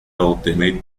alternate